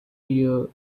year